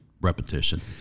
repetition